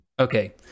Okay